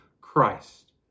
Christ